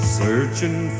searching